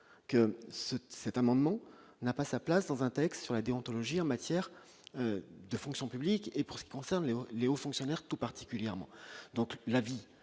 que cet amendement n'a pas sa place dans un texte sur la déontologie en matière de fonction publique, et pour ce qui concerne Léo Léo fonctionnaires tout particulièrement donc l'avis